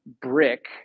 brick